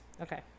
Okay